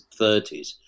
30s